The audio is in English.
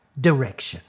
direction